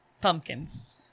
Pumpkins